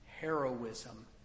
heroism